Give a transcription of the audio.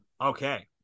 Okay